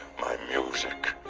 my music,